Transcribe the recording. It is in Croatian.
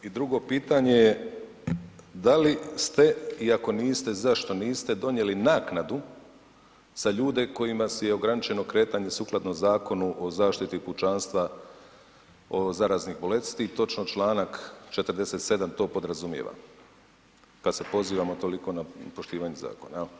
I drugo pitanje je da li ste i ako niste, zašto niste, donijeli naknadu za ljude kojima je ograničeno kretanje sukladno Zakonu o zaštiti pučanstva od zaraznih bolesti, točno čl. 47. to podrazumijeva kad se pozivamo toliko na poštivanje zakona, jel?